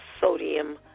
sodium